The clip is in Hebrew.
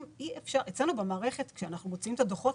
אצלנו במערכת כשאנחנו מוציאים את הדוחות